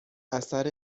اثر